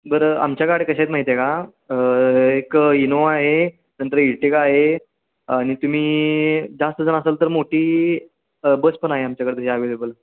बरं आमच्या गाड्या कशा आहेत माहीत आहे एक इनोवा आहे नंतर इर्टिगा आहे आणि तुम्ही जास्त जण असाल तर मोठी बस पण आहे आमच्याकडं ही अवेलेबल